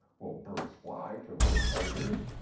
well, birds fly to avoid predators,